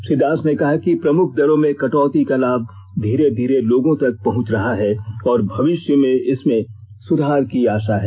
श्री दास ने कहा कि प्रमुख दरों में कटौती का लाभ धीरे धीरे लोगों तक पहुंच रहा है और भविष्य में इसमें और सुधार की आशा है